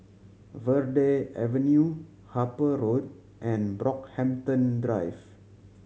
Verde Avenue Harper Road and Brockhampton Drive